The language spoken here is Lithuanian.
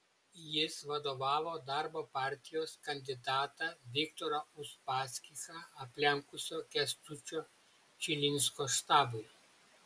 jis vadovavo darbo partijos kandidatą viktorą uspaskichą aplenkusio kęstučio čilinsko štabui